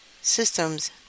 systems